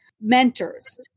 mentors